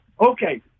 Okay